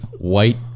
white